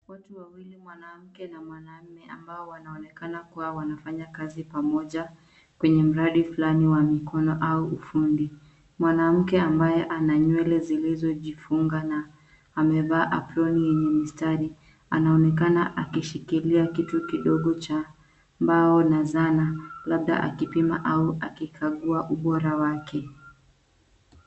Watu wawili, mwanamke na mwanaume ambao wanaonekana kuwa wanafanya kazi pamoja kwenye mradi fulani wa mikono au ufundi. Mwanamke ambaye ana nywele zilizojifunga na amevaa aproni yenye mistari, anaonekana akishikilia kitu kidogo cha mbao na zana, labda akipima au akikagua ubora wake.